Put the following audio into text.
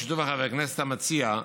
בשיתוף חבר הכנסת המציע,